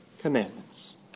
Commandments